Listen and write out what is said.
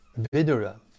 Vidura